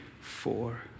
four